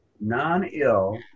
Non-ill